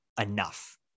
enough